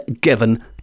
given